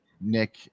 Nick